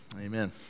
amen